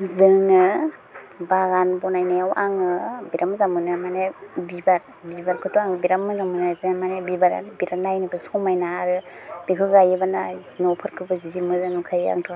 जोंनो बागान बनायनायाव आङो बिराथ मोजां मोनो माने बिबार बिबारखौथ' आं बिराथ मोजां मोनो जे माने बिबारा बेथ' नायनोबो समायना आरो बेखौ गायोबाना न'फोरखौबो जि मोजां नुखायो आंथ'